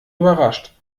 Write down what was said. überrascht